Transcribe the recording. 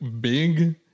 big